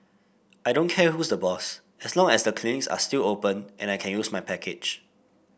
I don't care who's the boss as long as the clinics are still open and I can use my package